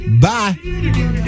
Bye